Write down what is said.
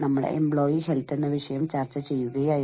നമ്മൾ മുമ്പ് പല വ്യത്യസ്ത വിഷയങ്ങൾ കൈകാര്യം ചെയ്തിട്ടുണ്ട്